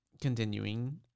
Continuing